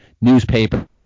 newspaper